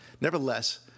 nevertheless